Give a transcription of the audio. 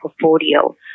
portfolio